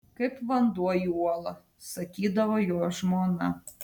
kaip vanduo į uolą sakydavo jo žmona